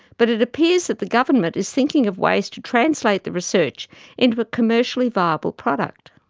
but it appears that the government is thinking of ways to translate the research into a commercially viable product.